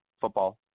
football